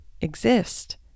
exist